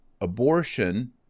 abortion